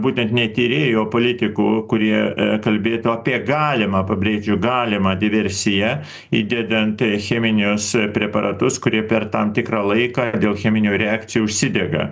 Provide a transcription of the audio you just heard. būtent ne tyrėjų o politikų kurie kalbėtų apie galimą pabrėžiu galimą diversiją įdededant cheminius preparatus kurie per tam tikrą laiką ar dėl cheminių reakcijų užsidega